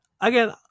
Again